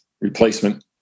replacement